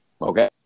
Okay